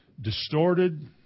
distorted